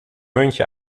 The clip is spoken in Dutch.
muntje